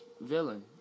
villain